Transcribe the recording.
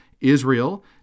Israel